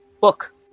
book